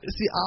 See